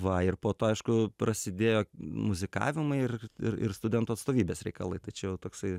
va ir po aišku prasidėjo muzikavimai ir ir ir studentų atstovybės reikalai tai čia jau toksai